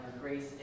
grace